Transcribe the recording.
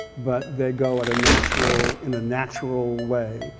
but they go at a natural in a natural way.